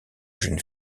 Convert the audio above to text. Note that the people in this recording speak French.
jeune